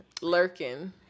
lurking